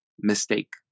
mistake